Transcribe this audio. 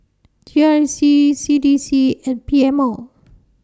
G R C C D C and P M O